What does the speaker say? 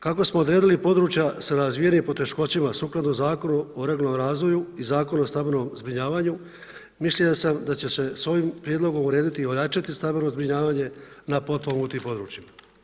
Kako smo odredili područja sa razvijenim poteškoćama sukladno Zakonu o regularnom razvoju i Zakonu o stambenom zbrinjavanju mišljenja sam da će se s ovim prijedlogom urediti i ojačati stambeno zbrinjavanje na potpomognutim područjima.